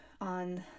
on